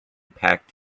packed